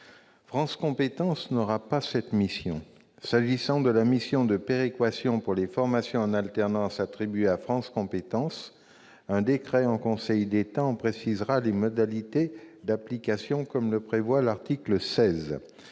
France compétences n'exercera pas cette mission. S'agissant de la mission de péréquation pour les formations en alternance attribuée à France compétences, un décret en Conseil d'État en précisera les modalités d'application, comme le prévoit l'article 16.